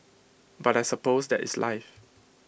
but I suppose that is life